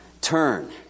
Turn